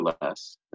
less